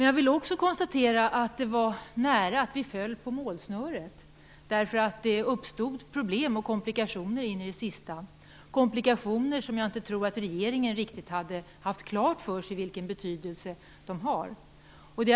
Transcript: Jag vill också konstatera att de var nära att vi föll på målsnöret. Det uppstod problem och komplikationer in i det sista. Jag tror inte att regeringen riktigt hade betydelsen av dessa komplikationer klar för sig.